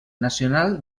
nacional